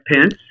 Pence